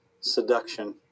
seduction